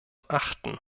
achten